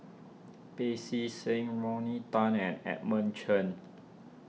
Pancy Seng Rodney Tan and Edmund Chen